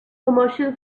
commercial